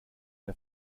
der